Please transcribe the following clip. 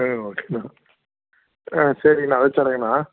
ஆ ஓகேண்ணா ஆ சரிங்கண்ணா வச்சுர்றேங்கண்ணா